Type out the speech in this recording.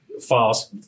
fast